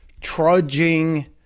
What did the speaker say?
trudging